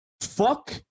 Fuck